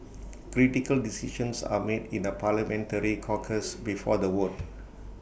critical decisions are made in A parliamentary caucus before the vote